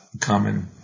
common